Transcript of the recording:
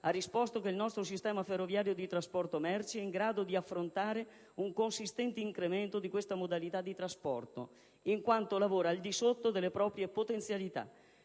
ha risposto che il nostro sistema ferroviario di trasporto merci è in grado di affrontare un consistente incremento di questa modalità di trasporto in quanto lavora al di sotto delle proprie potenzialità.